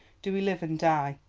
do we live and die,